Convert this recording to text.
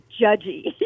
judgy